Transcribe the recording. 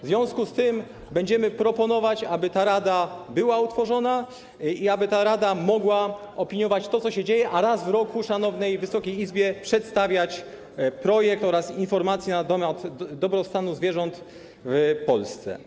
W związku z tym będziemy proponować, aby ta rada była utworzona i aby mogła opiniować to, co się dzieje, i raz w roku szanownej Wysokiej Izbie przedstawiać projekt oraz informacje na temat dobrostanu zwierząt w Polsce.